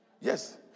yes